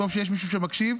טוב שיש מישהו שמקשיב.